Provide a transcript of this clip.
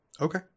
Okay